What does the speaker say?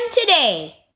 today